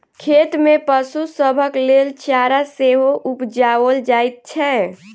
खेत मे पशु सभक लेल चारा सेहो उपजाओल जाइत छै